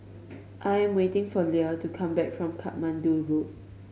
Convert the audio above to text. I am waiting for Lea to come back from Katmandu Road